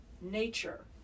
nature